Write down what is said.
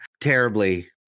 terribly